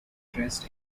dressed